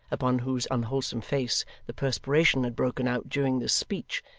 upon whose unwholesome face the perspiration had broken out during this speech,